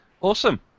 Awesome